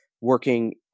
working